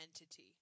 entity